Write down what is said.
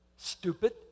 Stupid